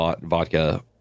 vodka